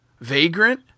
vagrant